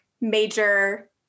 major